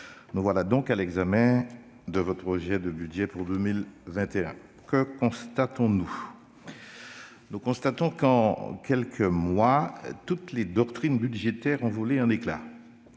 nous voilà donc à l'examen du projet de budget pour 2021. Que constatons-nous ? Nous constatons que, en quelques mois, toutes les doctrines budgétaires ont volé en éclat